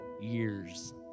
years